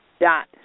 dot